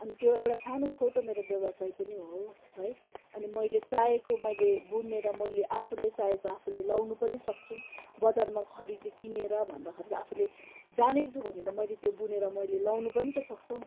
अनि त्यो एउटा सानो छोटो मेरो व्यवसाय पनि हो है अनि मैले चाहेको मैले बुनेर मैले आफूले चाहेको आफूले लाउनु पनि सक्छु बजारमा खरिद किनेर भन्दाखेरि त आफूले जानेको छु भने त मैले त्यो बुनेर मैले लाउनु पनि त सक्छौँ